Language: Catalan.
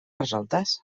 resoltes